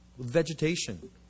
Vegetation